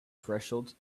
threshold